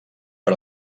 per